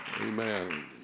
amen